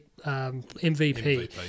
MVP